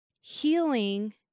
healing